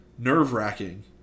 nerve-wracking